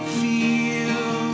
feel